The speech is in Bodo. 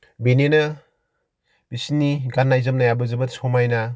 बेनिनो बिसिनि गाननाय जोमनायाबो जोबोद समायना